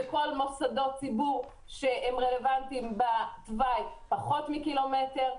בכל מוסדות ציבור שהם רלוונטיים בתוואי פחות מקילומטר,